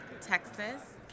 Texas